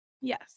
Yes